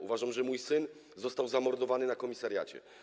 Uważam, że mój syn został zamordowany na komisariacie.